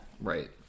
Right